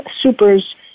Super's